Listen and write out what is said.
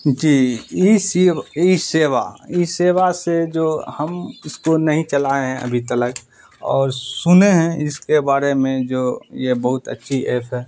جی ای سیو ای سیوا ای سیوا سے جو ہم اس کو نہیں چلائے ہیں ابھی تلک اور سنے ہیں اس کے بارے میں جو یہ بہت اچھی ایپ ہے